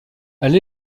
elle